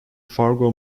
fargo